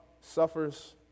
suffers